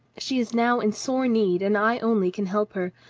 she is now in sore need, and i only can help her.